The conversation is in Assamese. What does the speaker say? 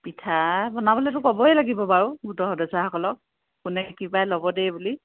পিঠা বনাবলৈতো ক'বই লাগিব বাৰু গোটৰ সদস্যাসকলক কোনে কি পায় ল'ব দেই বুলি